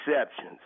exceptions